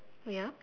ya